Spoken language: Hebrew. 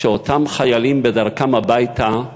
שאותם חיילים, בדרכם הביתה,